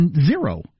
zero